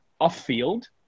off-field